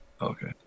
Okay